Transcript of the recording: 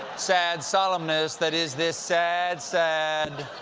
sad, somleness that is this sad, sad,